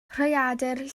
rhaeadr